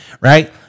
Right